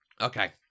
okay